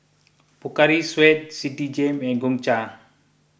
Pocari Sweat Citigem and Gongcha